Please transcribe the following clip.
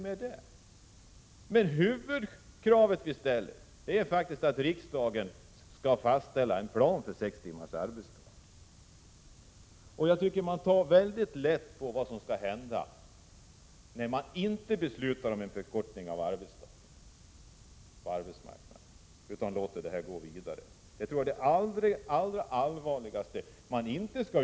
Men det huvudkrav vi ställer är att riksdagen skall fastställa en plan för sex timmars arbetsdag. Jag tycker att man tar mycket lätt på frågan om vad som skall hända, när man inte beslutar om en förkortning av arbetsdagen på arbetsmarknaden.